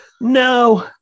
No